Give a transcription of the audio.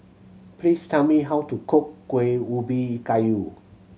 please tell me how to cook Kuih Ubi Kayu